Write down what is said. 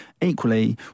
equally